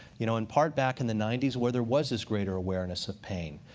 you know in part back in the ninety s, where there was this greater awareness of pain.